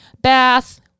bath